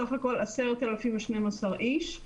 סך הכול 10,012 איש,